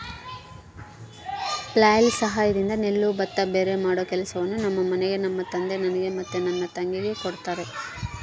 flail ಸಹಾಯದಿಂದ ನೆಲ್ಲು ಭತ್ತ ಭೇರೆಮಾಡೊ ಕೆಲಸವನ್ನ ನಮ್ಮ ಮನೆಗ ನಮ್ಮ ತಂದೆ ನನಗೆ ಮತ್ತೆ ನನ್ನ ತಂಗಿಗೆ ಕೊಡ್ತಾರಾ